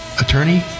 attorney